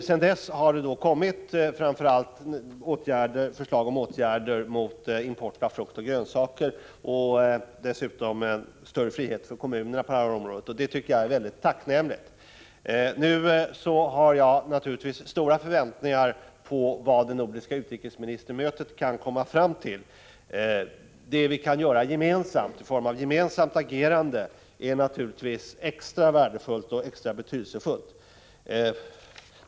Sedan dess har det kommit framför allt förslag om åtgärder mot import av frukt och grönsaker och dessutom förslag om större friheter för kommunerna på det här området. Det tycker jag är mycket tacknämligt. Nu har jag naturligtvis stora förväntningar på vad det nordiska utrikesministermötet kan komma fram till. Vad vi kan göra i form av gemensamt agerande är naturligtvis extra värdefullt och betydelsefullt.